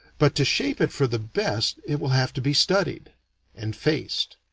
but to shape it for the best it will have to be studied and faced.